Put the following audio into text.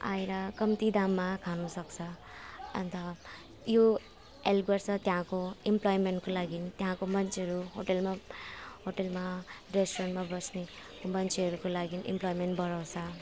आएर कम्ती दाममा खानसक्छ अन्त यो हेल्प गर्छ त्यहाँको इमप्लोइमेन्टको लागि त्यहाँको मान्छेहरू होटलमा होटलमा रेस्टुरेन्टमा बस्ने मान्छेहरूको लागि इमप्लोइमेन्ट बढाउँछ